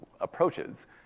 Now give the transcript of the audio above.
approaches